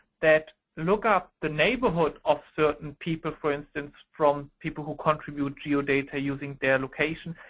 that look up the neighborhood of certain people, for instance, from people who contribute geodata using their location.